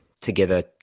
together